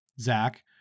Zach